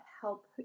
help